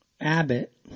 Abbott